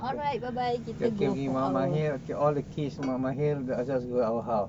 K kita pergi rumah mahir okay all the kids rumah mahir just go our house